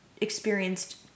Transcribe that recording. experienced